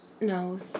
no